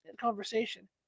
conversation